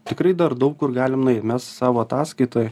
tikrai dar daug kur galim nueit mes savo ataskaitoj